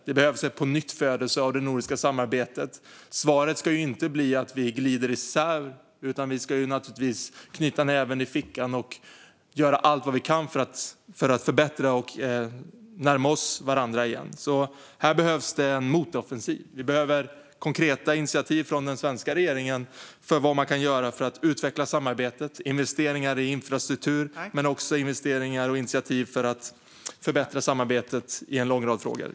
Det behövs en pånyttfödelse av det nordiska samarbetet. Svaret ska inte bli att vi glider isär, utan vi ska naturligtvis knyta näven i fickan och göra allt vad vi kan för att förbättra detta och närma oss varandra igen. Här behövs en motoffensiv. Vi behöver konkreta initiativ från den svenska regeringen för vad man kan göra för att utveckla samarbetet. Vi behöver investeringar i infrastruktur och investeringar och initiativ för att förbättra samarbetet i en lång rad frågor.